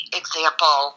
example